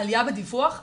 עליה בדיווח.